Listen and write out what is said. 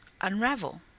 unravel